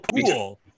cool